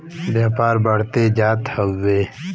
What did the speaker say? व्यापार बढ़ते जात हउवे